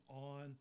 on